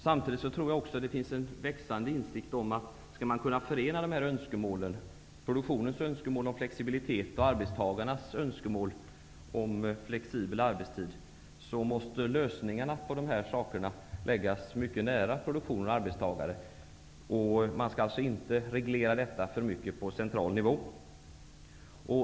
Samtidigt tror jag att det finns en växande insikt om att man för att kunna förena produktionens önskemål om flexibilitet och arbetstagarnas önskemål om flexibel arbetstid måste lägga lösningarna mycket nära produktion och arbetstagare. Det skall alltså inte regleras för mycket på central nivå.